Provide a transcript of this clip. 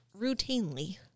routinely